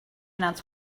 nuts